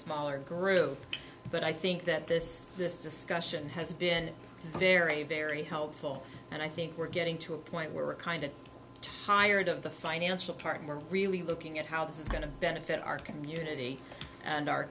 smaller group but i think that this this discussion has been very very helpful and i think we're getting to a point where we're kind of tired of the financial part we're really looking at how this is going to benefit our community and our